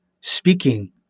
speaking